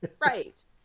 right